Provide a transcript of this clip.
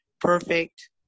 perfect